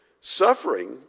suffering